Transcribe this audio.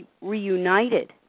reunited